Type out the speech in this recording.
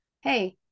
hey